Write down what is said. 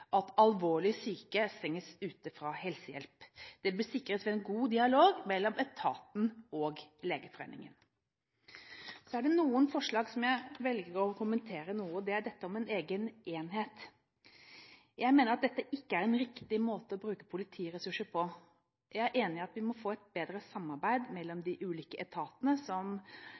at alvorlig syke stenges ute fra helsehjelp. Det bør sikres ved en god dialog mellom etaten og Legeforeningen. Så er det et forslag jeg velger å kommentere, og det er om opprettelse av en egen enhet. Jeg mener at dette ikke er en riktig måte å bruke politiressurser på. Jeg er enig i at vi må få et bedre samarbeid mellom de ulike etatene som